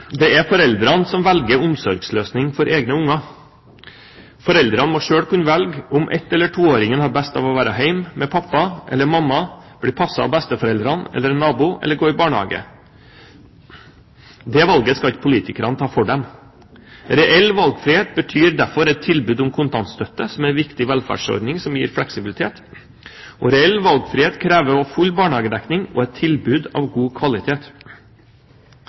Det er foreldrene som velger omsorgsløsning for egne unger. Foreldrene må selv få kunne velge om ett- eller toåringen har best av å være hjemme med pappa eller mamma, bli passet av besteforeldrene eller en nabo, eller gå i barnehage. Det valget skal ikke politikerne ta for dem. Reell valgfrihet betyr derfor at det må være et tilbud om kontantstøtte, som er en viktig velferdsordning som gir fleksibilitet. Reell valgfrihet krever også full barnehagedekning og et tilbud av god kvalitet.